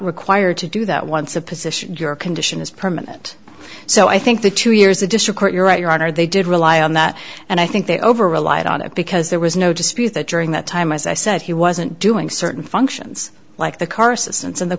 required to do that once a position your condition is permanent so i think the two years additional court you're right your honor they did rely on that and i think they over relied on it because there was no dispute that during that time as i said he wasn't doing certain functions like the carson and the